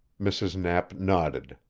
mrs. knapp nodded.